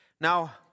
Now